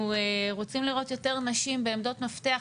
אנחנו רוצים לראות יותר נשים בעמדות מפתח.